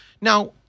Now